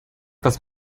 was